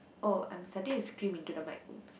oh I'm starting to scream into the mic oops